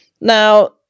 Now